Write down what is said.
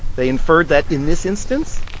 they inferred that in this instance,